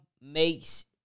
makes